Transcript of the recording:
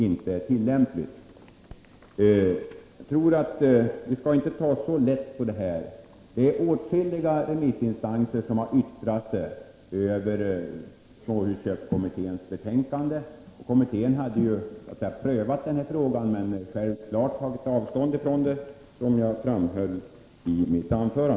Jag tycker inte att vi skall ta så lätt på den här frågan. Åtskilliga remissinstanser har yttrat sig över småhusköpskommitténs betänkande. Som jag framhöll i mitt anförande har denna kommitté prövat frågan, men självfallet tagit avstånd från förslaget.